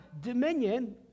dominion